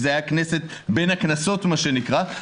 כי זו הייתה כנסת בין הכנסות מה שנקרא,